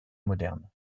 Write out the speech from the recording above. moderne